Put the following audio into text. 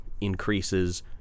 increases